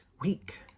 week